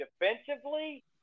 defensively